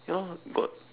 ya got